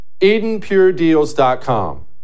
EdenPureDeals.com